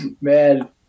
Man